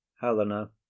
helena